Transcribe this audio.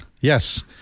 yes